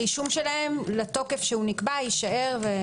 הרישום שלהם לתוקף שנקבע יישאר.